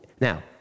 now